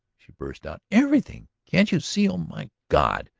she burst out. everything! can't you see? oh, my god!